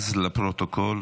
לפרוטוקול.